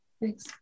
Thanks